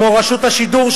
כמו רשות השידור,